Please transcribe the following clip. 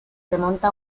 remonta